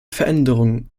veränderung